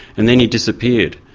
and then he disappeared.